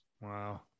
Wow